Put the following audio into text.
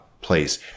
place